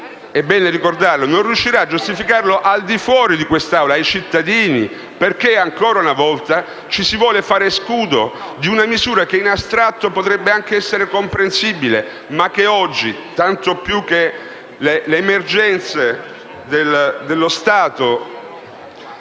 è bene ricordarlo - non riuscirà a farlo neanche al di fuori di quest'Aula, ai cittadini, perché ancora una volta ci si vuole fare scudo di una misura che in astratto potrebbe anche essere comprensibile, ma che oggi non lo è, tanto più con le emergenze dello Stato,